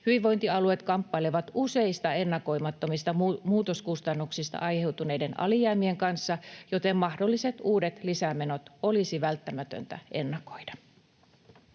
Hyvinvointialueet kamppailevat useista ennakoimattomista muutoskustannuksista aiheutuneiden alijäämien kanssa, joten mahdolliset uudet lisämenot olisi välttämätöntä ennakoida.